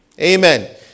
Amen